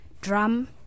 drum